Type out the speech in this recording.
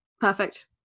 perfect